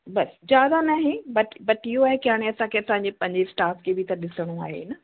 बस ज्यादा नाहे but but इहो आहे कि हाणे असांखे असांजे पंहिंजे स्टाफ़ खे बि त ॾिसणो आहे न